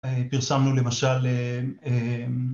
פרסמנו למשל...